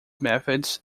methods